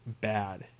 bad